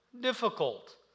difficult